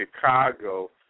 Chicago